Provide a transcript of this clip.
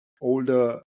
older